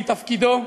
מתפקידו.